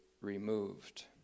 removed